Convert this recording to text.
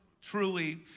truly